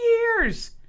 years